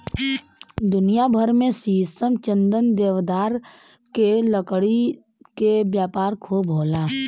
दुनिया भर में शीशम, चंदन, देवदार के लकड़ी के व्यापार खूब होला